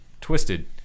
twisted